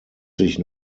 sich